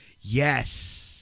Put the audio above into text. Yes